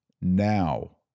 NOW